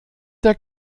der